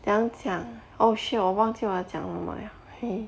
怎样讲 oh shit 我忘记我要讲什么了 hey~